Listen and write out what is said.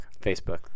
Facebook